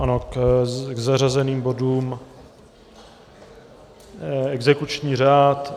Ano, k zařazeným bodům exekuční řád.